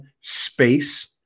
space